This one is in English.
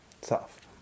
Soft